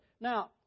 Now